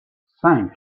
cinq